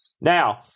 Now